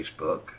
Facebook